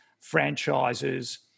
franchises